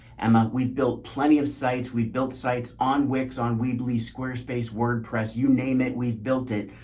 emma. we've built plenty of sites. we've built sites on wicks, on weebly, squarespace, wordpress, you name it, we've built it.